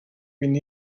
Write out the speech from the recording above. been